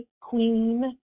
queen